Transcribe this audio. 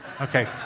Okay